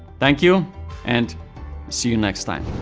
thank you and see you next time.